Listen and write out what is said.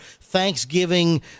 Thanksgiving